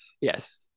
Yes